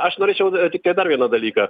aš norėčiau tiktai dar vieną dalyką